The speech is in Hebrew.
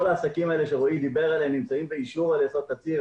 כל העסקים האלה שרועי דיבר עליהם נמצאים באישור על יסוד תצהיר.